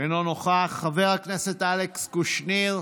אינו נוכח, חבר הכנסת אלכס קושניר,